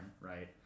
Right